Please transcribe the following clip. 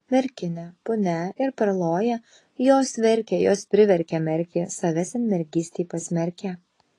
merkinė punia ir perloja jos verkė jos priverkė merkį save senmergystei pasmerkę